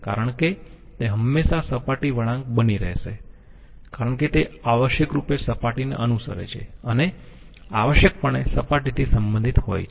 કારણ કે તે હંમેશાં સપાટી વળાંક બની રહેશે કારણ કે તે આવશ્યકરૂપે સપાટીને અનુસરે છે અને આવશ્યકપણે સપાટીથી સંબંધિત હોય છે